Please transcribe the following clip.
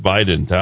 Biden